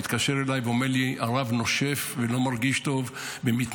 הוא מתקשר אליי ואומר לי: הרב נושף ולא מרגיש טוב ומתנשף,